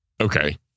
Okay